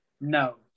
No